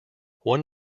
one